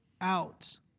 out